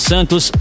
Santos